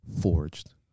forged